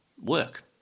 work